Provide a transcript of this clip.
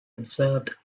observed